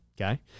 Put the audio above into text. Okay